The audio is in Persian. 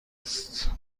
است